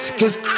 Cause